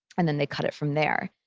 and then they cut it from there.